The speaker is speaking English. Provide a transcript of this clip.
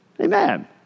Amen